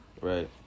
Right